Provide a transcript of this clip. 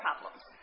problems